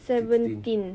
seventeen